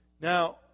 Now